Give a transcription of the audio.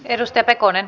arvoisa puhemies